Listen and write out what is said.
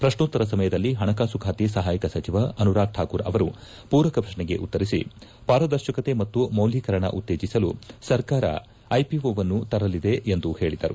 ಪ್ರಶ್ನೋತ್ತರ ಸಮಯದಲ್ಲಿ ಹಣಕಾಸು ಖಾತೆ ಸಹಾಯಕ ಸಚಿವ ಅನುರಾಗ್ ಠಾಕೂರ್ ಅವರು ಪೂರಕ ಪ್ರಶ್ನೆಗೆ ಉತ್ತರಿಸಿ ಪಾರದರ್ತಕತೆ ಮತ್ತು ಮೌಲ್ಲೀಕರಣ ಉತ್ತೇಜಿಸಲು ಸರ್ಕಾರ ಐಪಿಒವನ್ನು ತರಲಿದೆ ಎಂದು ಹೇಳಿದರು